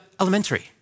elementary